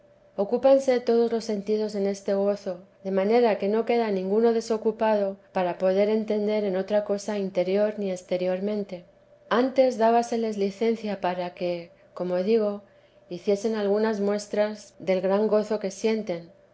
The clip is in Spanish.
ocúpanse todos los sentidos en este gozo de manera que no queda ninguno desocupado para peder entender en otra cosa interior ni exteriormente antes dábaseles licencia para que como digo hiciesen algunas mués vida de la santa madre del gran gozo que sienten